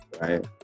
right